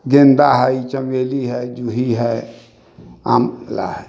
गेन्दा हइ चमेली हइ जूही हइ आँवला हइ